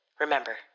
Remember